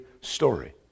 story